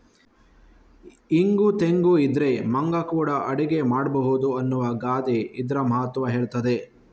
ಇಂಗು ತೆಂಗು ಇದ್ರೆ ಮಂಗ ಕೂಡಾ ಅಡಿಗೆ ಮಾಡ್ಬಹುದು ಅನ್ನುವ ಗಾದೆ ಇದ್ರ ಮಹತ್ವ ಹೇಳ್ತದೆ